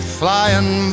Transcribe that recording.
flying